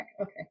Okay